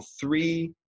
three